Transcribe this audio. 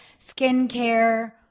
skincare